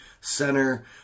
center